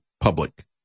public